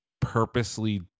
purposely